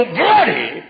bloody